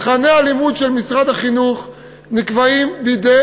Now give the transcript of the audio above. תוכני הלימוד של משרד החינוך נקבעים בידי